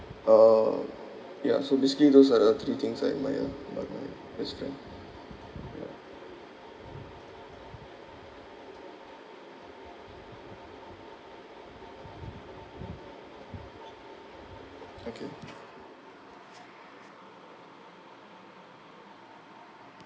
uh ya so basically those are the three things I admire about my best friend yeah okay